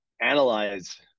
analyze